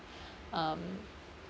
um